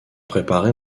préparé